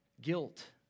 Guilt